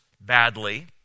badly